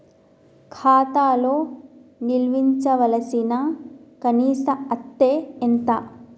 ఖాతా లో నిల్వుంచవలసిన కనీస అత్తే ఎంత?